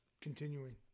continuing